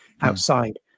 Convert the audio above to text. outside